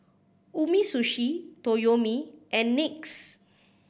Umisushi Toyomi and NYX